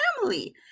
family